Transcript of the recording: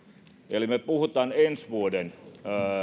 me puhumme ensi vuoden